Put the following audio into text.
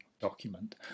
document